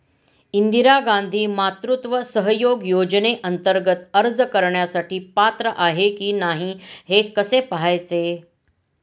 इंदिरा गांधी मातृत्व सहयोग योजनेअंतर्गत अर्ज करण्यासाठी पात्र आहे की नाही हे कसे पाहायचे?